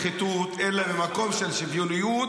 לא ממקום של נחיתות אלא ממקום של שוויוניות.